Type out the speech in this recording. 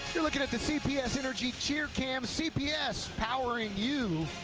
you're looking at the cps energy cheer cam, cps powering you,